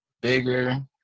bigger